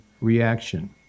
reaction